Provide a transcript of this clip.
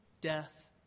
death